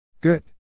Good